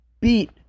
beat